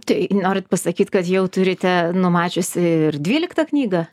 tai norit pasakyt kad jau turite numačiusi ir dvyliktą knygą